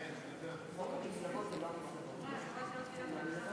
(תיקון מס'